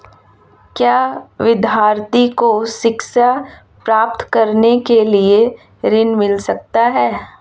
क्या विद्यार्थी को शिक्षा प्राप्त करने के लिए ऋण मिल सकता है?